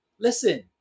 listen